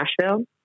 Nashville